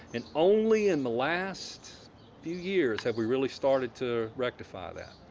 and only in the last few years have we really started to rectify that.